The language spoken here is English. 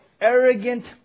arrogant